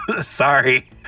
Sorry